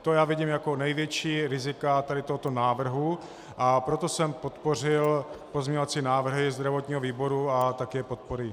To já vidím jako největší rizika tady tohoto návrhu, proto jsem podpořil pozměňovací návrhy zdravotního výboru a také je podporuji.